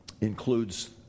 includes